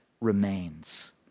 remains